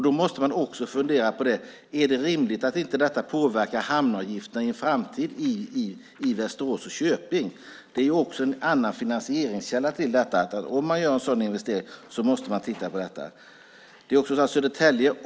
Då måste man också fundera på följande: Är det rimligt att detta inte påverkar hamnavgifterna i framtiden i Västerås och Köping? Det är också en annan finansieringskälla till detta. Om man gör en sådan investering måste man titta på detta.